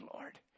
Lord